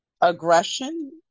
aggression